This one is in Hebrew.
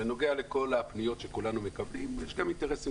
בנוגע לכל הפניות שכולנו מקבלים יש גם אינטרסים